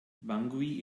bangui